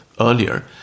earlier